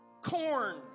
corn